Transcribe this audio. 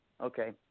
okay